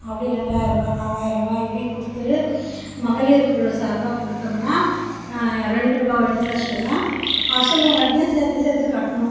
அப்டி ரெண்டாயரரூபா நாலாயரரூபா இப்படி கொடுத்து மகளிர் குழு சார்பாக கொடுத்தம்னா ரெண்டுரூபா இன்ட்ரஸ்ட்டு தான் அசலும் வட்டியும் சேர்த்து சேர்த்து கட்டணும்